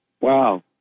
wow